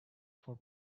for